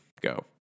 go